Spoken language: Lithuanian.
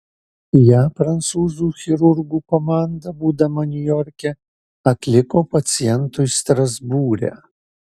ją prancūzų chirurgų komanda būdama niujorke atliko pacientui strasbūre